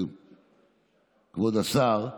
כבוד השר,